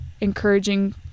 encouraging